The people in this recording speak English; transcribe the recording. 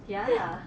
ya